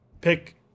Pick